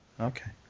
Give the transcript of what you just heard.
Okay